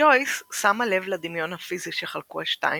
ג'ויס שמה לב לדמיון הפיזי שחלקו השתיים,